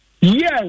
Yes